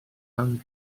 pan